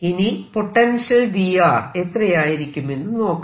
ഇനി potential V എത്രയായിരിക്കുമെന്നു നോക്കാം